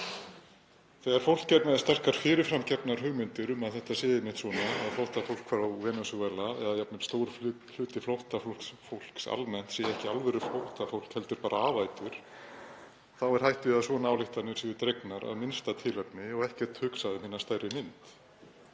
Þegar fólk er með sterkar fyrirframgefnar hugmyndir um að þetta sé einmitt svona, að flóttafólk frá Venesúela eða jafnvel stór hluti flóttafólks almennt séð sé ekki alvöruflóttafólk heldur bara afætur, er hætt við að svona ályktanir séu dregnar af minnsta tilefni og ekkert hugsað um hina stærri mynd.